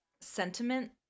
sentiment